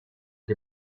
die